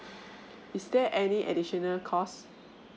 is there any additional cost